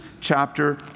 chapter